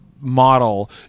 Model